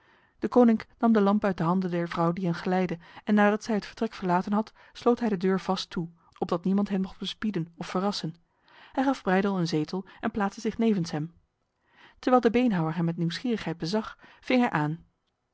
deconinck nam de lamp uit de handen der vrouw die hen geleidde en nadat zij het vertrek verlaten had sloot hij de deur vast toe opdat niemand hen mocht bespieden of verrassen hij gaf breydel een zetel en plaatste zich nevens hem terwijl de beenhouwer hem met nieuwsgierigheid bezag ving hij aan